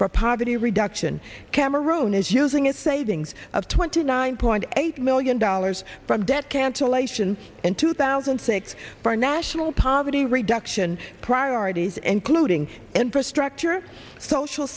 for poverty reduction cameroon is using its savings of twenty nine point eight million dollars from debt cancellation in two thousand and six for national poverty reduction priorities including infrastructure social